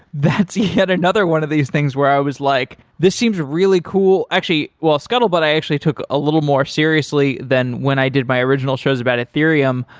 that's yet another one of these things where i was like, this seems really cool. well scuttlebutt i actually took a little more seriously than when i did my original shows about ethereum,